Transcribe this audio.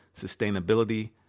sustainability